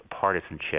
partisanship